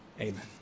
Amen